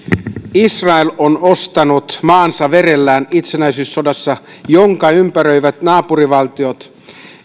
israel on ostanut maansa verellään itsenäisyyssodassa jonka ympäröivät naapurivaltiot